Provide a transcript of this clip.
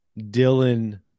Dylan